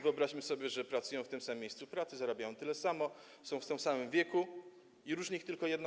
Wyobraźmy sobie, że pracują w tym samym miejscu pracy, zarabiają tyle samo, są w tym samym wieku i różni ich tylko jedna